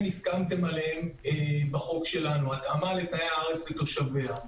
הסכמתם עליהם בחוק שלנו התאמה לתנאי הארץ ותושביה.